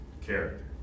character